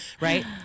Right